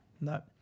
No